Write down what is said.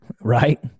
Right